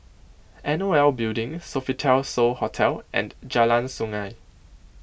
N O L Building Sofitel So Hotel and Jalan Sungei